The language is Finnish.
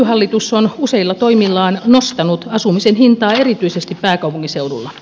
nykyhallitus on useilla toimillaan nostanut asumisen hintaa erityisesti pääkaupunkiseudulla